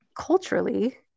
culturally